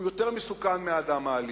הוא יותר מסוכן מהאדם האלים.